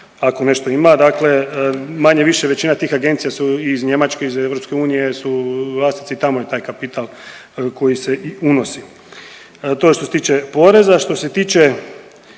ako nešto ima. Dakle manje-više većina tih agencija su iz Njemačke, iz EU jer su vlasnici tamo je taj kapital koji se i unosi. To je što se tiče poreza. Što se tiče